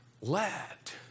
Let